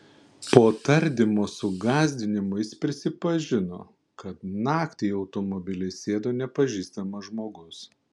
po tardymo su gąsdinimų jis prisipažino kad naktį į automobilį įsėdo nepažįstamas žmogus